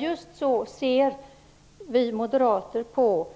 Just så ser vi moderater på